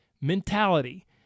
mentality